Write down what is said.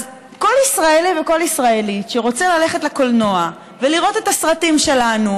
אז כל ישראלי וכל ישראלית שרוצה ללכת לקולנוע ולראות את הסרטים שלנו,